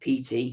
PT